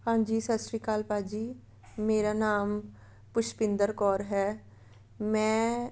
ਹਾਂਜੀ ਸਤਿ ਸ਼੍ਰੀ ਅਕਾਲ ਭਾਅ ਜੀ ਮੇਰਾ ਨਾਮ ਪੁਸ਼ਪਿੰਦਰ ਕੌਰ ਹੈ ਮੈਂ